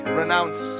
renounce